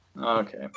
Okay